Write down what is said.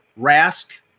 Rask